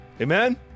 Amen